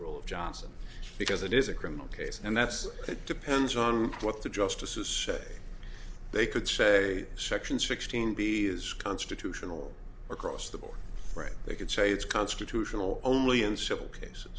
rule of johnson because it is a criminal case and that's it depends on what the justices say they could say section sixteen b is constitutional across the board right they could say it's constitutional only in civil case